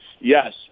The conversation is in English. Yes